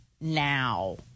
now